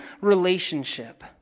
relationship